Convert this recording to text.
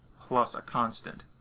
plus a constant.